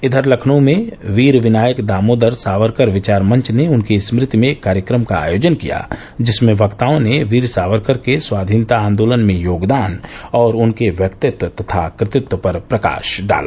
इधर लखनऊ में वीर विनायक दामोदर सावरकर विचार मंच ने उनकी स्मृति में एक कार्यक्रम का आयोजन किया जिसमें वक्ताओं ने वीर सावरकर के स्वाधीनता आन्दोलन में योगदान और उनके व्यक्तित्व तथा कृत्तिव पर प्रकाश डाला